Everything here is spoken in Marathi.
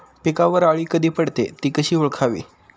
पिकावर अळी कधी पडते, ति कशी ओळखावी?